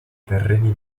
terreni